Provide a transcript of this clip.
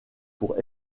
pour